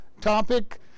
topic